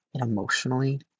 emotionally